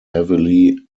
heavily